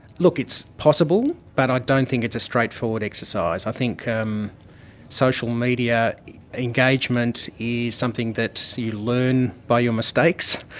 look, it's possible but i don't think it's a straightforward exercise. i think um social media engagement is something that you learn by your mistakes,